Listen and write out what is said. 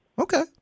Okay